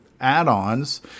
add-ons